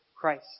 Christ